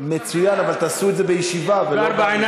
מצוין אבל תעשו את זה בישיבה, בדרך כלל